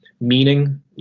Meaning